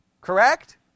Correct